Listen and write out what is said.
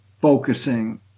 focusing